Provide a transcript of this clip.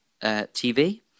tv